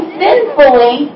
sinfully